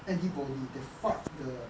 antibody that fight the